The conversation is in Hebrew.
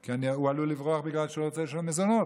כי הוא עלול לברוח בגלל שהוא לא רוצה לשלם מזונות,